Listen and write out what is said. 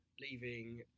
leaving